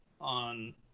on